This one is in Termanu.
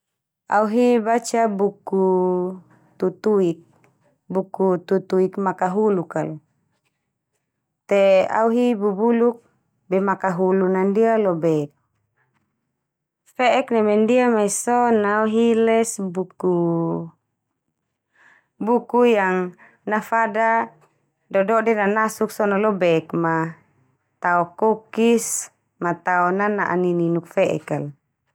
Au hi baca buku tutuik. Buku tutuik makahuluk kal. Te au hi bubuluk be makahulun na ndia lobek. Fe'ek neme ndia mai so na au hi les buku, buku yang nafada dodone nanasuk so na lobek ma tao kokis ma tao nana'a nininuk fe'ek kal.